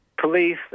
police